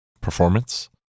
performance